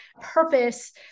purpose